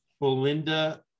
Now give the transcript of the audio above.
Belinda